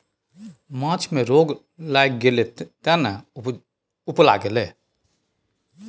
माछ मे रोग लागि गेलै तें ने उपला गेलै